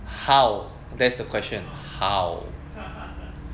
how that's the question how